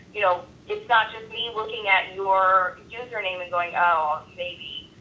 you know, it's not just me looking at your username and going, oh, maybe.